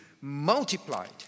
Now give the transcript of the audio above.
multiplied